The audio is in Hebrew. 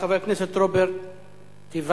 חבר הכנסת רוברט טיבייב.